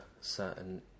certain